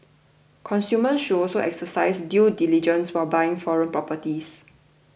consumers should also exercise due diligence when buying foreign properties